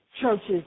churches